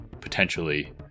potentially